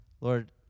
Lord